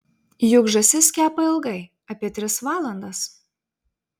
juk žąsis kepa ilgai apie tris valandas